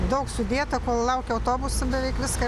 daug sudėta kol laukaiu autobuso beveik viską